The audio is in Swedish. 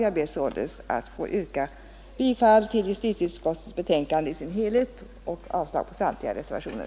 Jag ber således att få yrka bifall till justitieutskottets betänkande i dess helhet och avslag på samtliga reservationer.